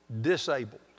disabled